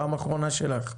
פעם אחרונה שלך.